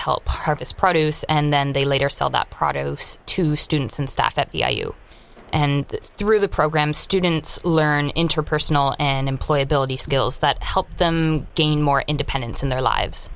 help purpose produce and then they later sell that product to students and staff that you and through the program students learn interpersonal and employability skills that help them gain more independence in their lives